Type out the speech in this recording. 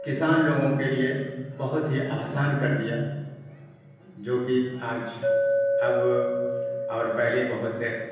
کسان لوگوں کے لیے بہت ہی آسان کر دیا جو کہ آج اب اور پہلے بہت